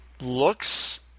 looks